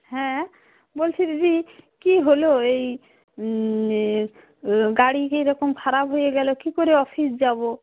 হ্যাঁ বলছি দিদি কি হলো এই গাড়ি কিরকম খারাপ হয়ে গেল কি করে অফিস যাবো